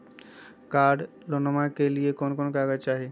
कार लोनमा के लिय कौन कौन कागज चाही?